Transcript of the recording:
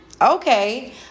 Okay